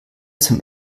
zum